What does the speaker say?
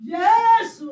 Yes